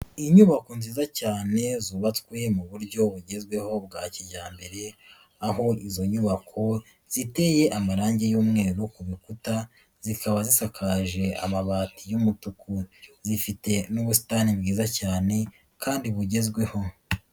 Inyubako nziza cyane zubatswe mu buryo bugezweho bwa kijyambere, aho izo nyubako ziteye amarangi y'umweru ku rukutaka zikaba zisakaje amabati y'umutuku bifite n'ubusitani bwiza cyane kandi bugezweho.